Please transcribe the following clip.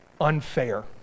unfair